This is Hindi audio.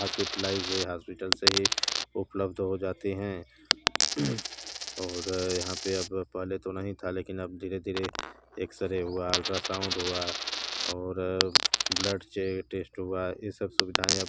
हास्पिटलाइज़ है हॉस्पिटल से ही उपलब्ध हो जाती हैं और यहाँ पर अब पहले तो नहीं था लेकिन अब धीरे धीरे एक्स रे हुआ अल्ट्रासाउंड हुआ और ब्लड चेक टेस्ट हुआ ये सब सुविधाएँ अब